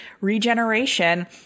regeneration